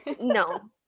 no